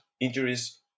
injuries